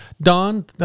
Don